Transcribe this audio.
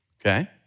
okay